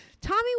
Tommy